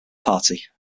party